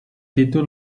títol